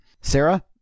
Sarah